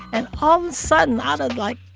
and all the sudden, out of, like,